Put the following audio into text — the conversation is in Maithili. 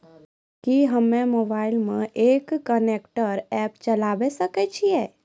कि हम्मे मोबाइल मे एम कनेक्ट एप्प चलाबय सकै छियै?